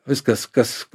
viskas kas